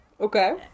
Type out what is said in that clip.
okay